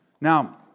Now